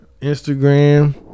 Instagram